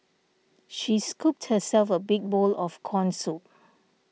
she scooped herself a big bowl of Corn Soup